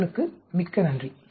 தங்களுக்கு மிக்க நன்றி